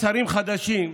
שרים חדשים,